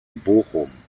bochum